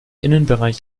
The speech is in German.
innenbereich